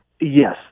Yes